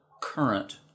current